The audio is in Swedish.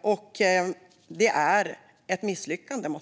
och, måste man säga, ett misslyckande.